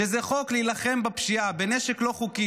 שזה חוק להילחם בפשיעה בנשק לא חוקי,